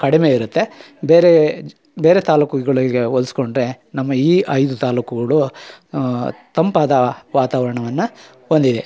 ಕಡಿಮೆ ಇರುತ್ತೆ ಬೇರೇ ಬೇರೆ ತಾಲೂಕುಗಳಿಗೆ ಹೋಲಿಸ್ಕೊಂಡ್ರೆ ನಮ್ಮ ಈ ಐದು ತಾಲೂಕುಗಳು ತಂಪಾದ ವಾತಾವರಣವನ್ನು ಹೊಂದಿದೆ